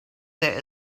there